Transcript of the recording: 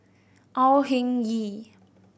Au Hing Yee